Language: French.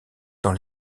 dans